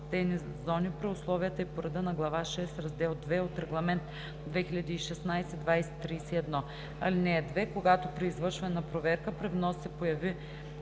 защитени зони при условията и по реда на глава VI, раздел 2 от Регламент 2016/2031. (2) Когато при извършване на проверка при внос се появи